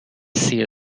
سیر